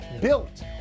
built